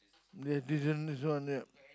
they didn't miss one yet